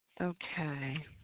Okay